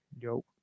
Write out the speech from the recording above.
yo